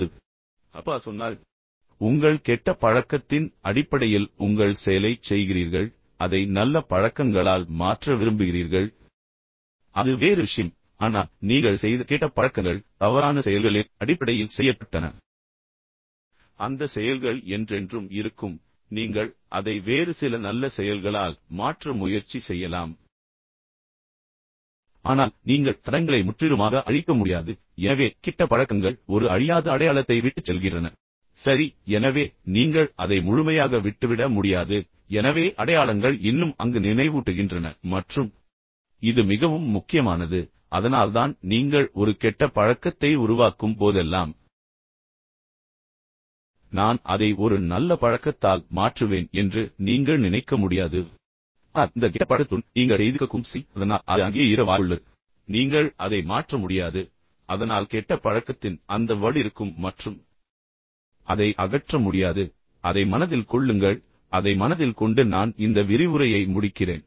அப்பா சொன்னார் மகனே இது என்ன குறிக்கிறது என்றால் நீங்கள் ஒரு கெட்ட பழக்கத்தை உருவாக்கி அதற்கேற்ப நீங்கள் செயல்படுகிறீர்கள் உங்கள் கெட்ட பழக்கத்தின் அடிப்படையில் உங்கள் செயலைச் செய்கிறீர்கள் பின்னர் அதை நல்ல பழக்கங்களால் மாற்ற விரும்புகிறீர்கள் அது வேறு விஷயம் ஆனால் நீங்கள் செய்த கெட்ட பழக்கங்கள் தவறான செயல்களின் அடிப்படையில் செய்யப்பட்டன எனவே அந்த செயல்கள் என்றென்றும் இருக்கும் நீங்கள் அதை வேறு சில நல்ல செயல்களால் மாற்ற முயற்சி செய்யலாம் ஆனால் நீங்கள் தடங்களை முற்றிலுமாக அழிக்க முடியாது எனவே கெட்ட பழக்கங்கள் ஒரு அழியாத அடையாளத்தை விட்டுச் செல்கின்றன சரி எனவே நீங்கள் அதை முழுமையாக விட்டுவிட முடியாது எனவே அடையாளங்கள் இன்னும் அங்கு நினைவூட்டுகின்றன மற்றும் இது மிகவும் முக்கியமானது அதனால்தான் நீங்கள் ஒரு கெட்ட பழக்கத்தை உருவாக்கும் போதெல்லாம் மற்றும் பின்னர் நான் அதை மாற்றுவேன் நான் அதை ஒரு நல்ல பழக்கத்தால் மாற்றுவேன் என்று நீங்கள் நினைக்க முடியாது ஆனால் அந்த கெட்ட பழக்கத்துடன் நீங்கள் செய்திருக்கக்கூடும் செயல் அதனால் அது அங்கேயே இருக்க வாய்ப்புள்ளது நீங்கள் அதை மாற்ற முடியாது அதனால் கெட்ட பழக்கத்தின் அந்த வடு இருக்கும் மற்றும் அதை அகற்ற முடியாது எனவே அதை மனதில் கொள்ளுங்கள் அதை மனதில் கொண்டு நான் இந்த விரிவுரையை முடிக்கிறேன்